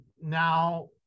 Now